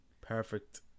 perfect